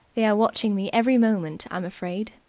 they are watching me every moment, i'm afraid.